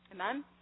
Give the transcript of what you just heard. Amen